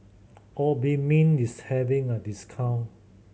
Obimin is having a discount